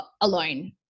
alone